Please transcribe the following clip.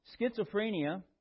Schizophrenia